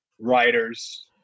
writers –